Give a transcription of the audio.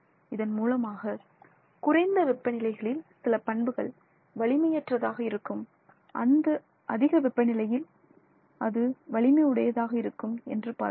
இதன் மூலமாக குறைந்த வெப்ப நிலைகளில் சில பண்புகள் வலிமையற்றதாக இருக்கும் அதிக வெப்பநிலையில் அது வலிமை உடையதாக இருக்கும் என்று பார்த்தோம்